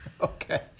okay